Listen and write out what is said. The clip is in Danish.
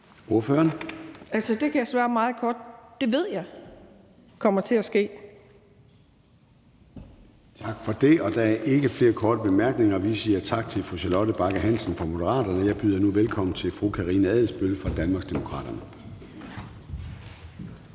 det ved jeg kommer til at ske. Kl. 16:57 Formanden (Søren Gade): Tak for det. Der er ikke flere korte bemærkninger. Vi siger tak til fru Charlotte Bagge Hansen fra Moderaterne, og jeg byder nu velkommen til fru Karina Adsbøl fra Danmarksdemokraterne. Kl.